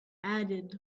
added